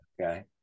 Okay